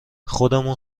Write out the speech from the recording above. خودمون